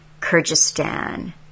Kyrgyzstan